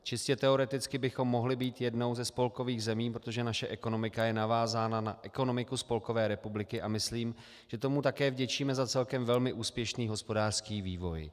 Čistě teoreticky bychom mohli být jednou ze spolkových zemí, protože naše ekonomika je navázána na ekonomiku Spolkové republiky, a myslím, že tomu také vděčíme za celkem velmi úspěšný hospodářský vývoj.